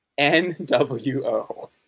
NWO